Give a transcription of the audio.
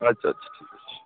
আচ্ছা আচ্ছা ঠিক আছে